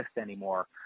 anymore